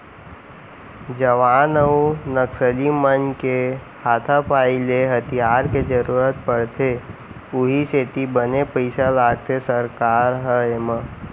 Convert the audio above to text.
जवान अउ नक्सली मन के हाथापाई ले हथियार के जरुरत पड़थे उहीं सेती बने पइसा लगाथे सरकार ह एमा